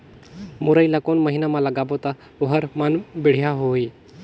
मुरई ला कोन महीना मा लगाबो ता ओहार मान बेडिया होही?